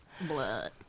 Blood